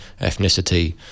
ethnicity